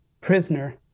prisoner